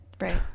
right